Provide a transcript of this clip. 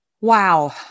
wow